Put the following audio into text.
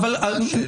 מה השאלה?